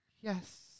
Yes